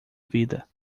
vida